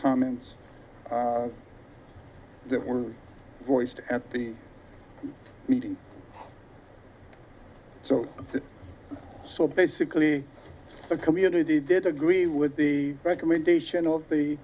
comments that were voiced at the meeting so so basically the community did agree with the recommendation of the